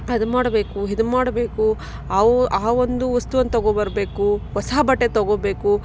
ಅದು ಮಾಡಬೇಕು ಇದು ಮಾಡಬೇಕು ಆ ಓಹ್ ಆ ಒಂದು ವಸ್ತುವನ್ನು ತಗೊಬರ್ಬೇಕು ಹೊಸ ಬಟ್ಟೆ ತಗೋಬೇಕು